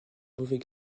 mauvais